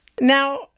now